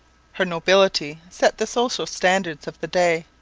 her nobility set the social standards of the day.